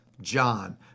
John